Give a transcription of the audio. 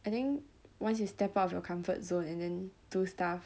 I think once you step out of your comfort zone and then do stuff